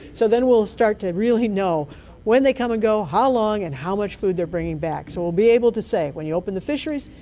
so then we'll start to really know when they come and go, how long, and how much food they're bringing back. so we'll be able to say, when you open the fisheries,